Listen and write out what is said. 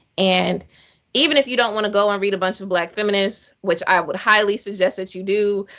and even if you don't want to go and read a bunch of black feminists, which i would highly suggest that you do,